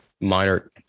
minor